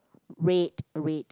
red red